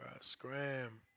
Scram